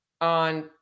on